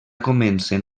comencen